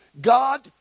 god